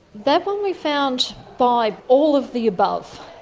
that one we found by all of the above.